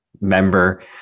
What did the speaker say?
member